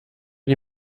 die